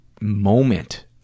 moment